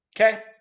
okay